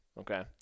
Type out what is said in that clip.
okay